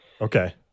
Okay